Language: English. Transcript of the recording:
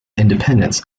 independence